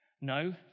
No